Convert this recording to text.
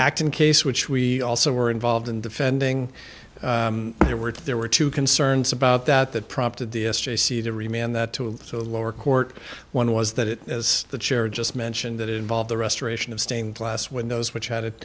action case which we also were involved in defending there were there were two concerns about that that prompted the s j c to remain on that too so a lower court one was that it as the chair just mentioned that involved the restoration of stained glass windows which had it